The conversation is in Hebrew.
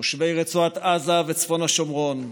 תושבי רצועת עזה וצפון השומרון,